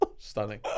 Stunning